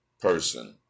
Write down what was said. person